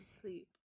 sleep